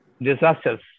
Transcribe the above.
disasters